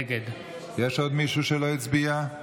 נגד יש עוד מישהו שלא הצביע?